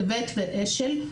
טבת ואשל.